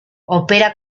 opera